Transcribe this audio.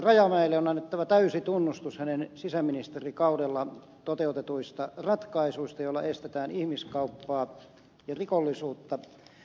rajamäelle on annettava täysi tunnustus hänen sisäministerikaudellaan toteutetuista ratkaisuista joilla estetään ihmiskauppaa ja rikollisuutta